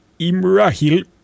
Imrahil